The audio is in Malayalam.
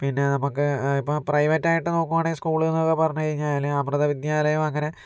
പിന്നെ നമുക്ക് ഇപ്പോൾ പ്രൈവറ്റ് ആയിട്ട് നോക്കുവാണെങ്കിൽ സ്കൂള് എന്നൊക്കെ പറഞ്ഞുകഴിഞ്ഞാൽ അമൃത വിദ്യാലയം അങ്ങനെ